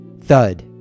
Thud